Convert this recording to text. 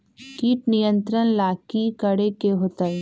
किट नियंत्रण ला कि करे के होतइ?